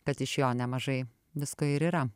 kad iš jo nemažai visko ir yra